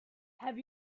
have